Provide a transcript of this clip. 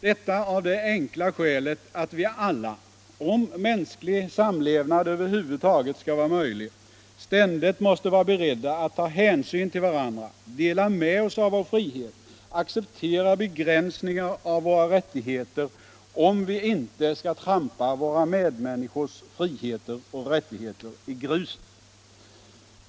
Detta av det enkla skälet att vi alla — om mänsklig samlevnad över huvud taget skall vara möjlig — ständigt måste vara beredda att ta hänsyn till varandra, dela med oss av vår frihet, acceptera begränsningar av våra rättigheter, om vi inte skall trampa våra medmänniskors friheter och rättigheter i gruset.